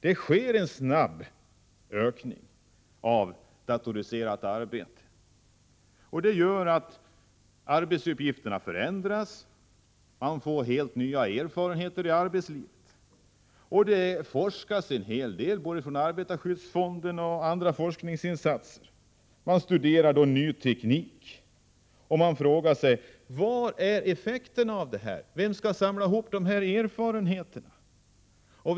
Det sker en snabb ökning av datoriserat arbete, och härigenom förändras arbetsuppgifterna och helt nya erfarenheter görs inom arbetslivet. Det forskas en hel del om denna nya teknik, i arbetarskyddsfondens regi och i andra sammanhang. Man frågar sig: Vad blir effekten av allt detta, vem skall samla ihop de erfarenheter som finns?